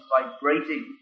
vibrating